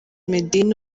meddy